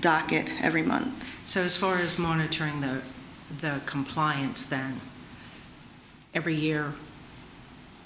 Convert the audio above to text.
docket every month so as far as monitoring the compliance them every year